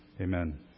Amen